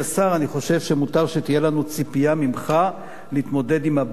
אני חושב שמוטב שתהיה לנו ציפייה ממך שתתמודד עם הבעיה.